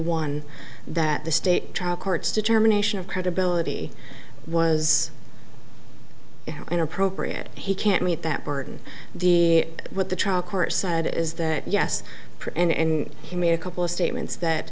won that the state trial court's determination of credibility was inappropriate he can't meet that burden the what the trial court said is that yes and he made a couple of statements that